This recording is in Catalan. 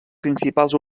principals